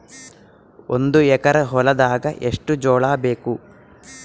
ಒಂದು ಎಕರ ಹೊಲದಾಗ ಎಷ್ಟು ಜೋಳಾಬೇಕು?